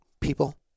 people